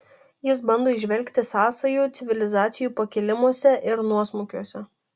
jis bando įžvelgti sąsajų civilizacijų pakilimuose ir nuosmukiuose